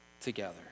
together